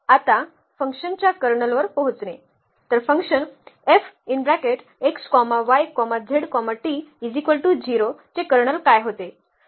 आता F च्या कर्नलवर पोहोचणे तर F चे कर्नल काय होते